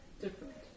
different